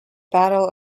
battle